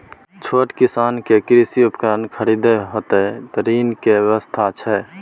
छोट किसान के कृषि उपकरण खरीदय हेतु ऋण के की व्यवस्था छै?